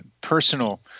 personal